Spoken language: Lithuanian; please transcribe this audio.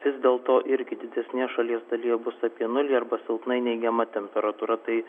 vis dėl to irgi didesnėje šalies dalyje bus apie nulį arba silpnai neigiama temperatūra tai